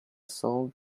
sold